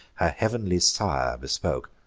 her heav'nly sire bespoke